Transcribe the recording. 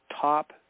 top